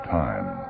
time